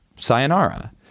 Sayonara